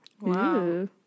Wow